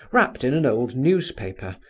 wrapped in an old newspaper,